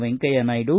Venkaiah Naidu